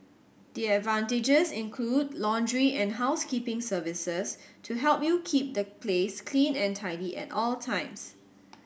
the advantages include laundry and housekeeping services to help you keep the place clean and tidy at all times